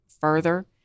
further